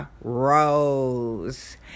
Rose